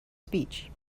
speech